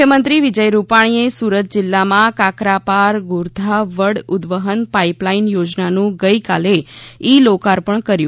મુખ્યમંત્રી વિજય રૂપાણીએ સુરત જિલ્લામાં કાકરાપાર ગોરધા વડ ઉદવહન પાઈપલાઈન યોજનાનું ગઈકાલે ઇ લોકાર્પણ કર્યું